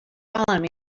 following